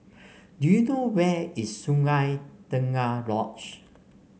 do you know where is Sungei Tengah Lodge